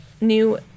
New